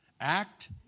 act